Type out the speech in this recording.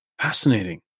Fascinating